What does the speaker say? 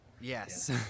yes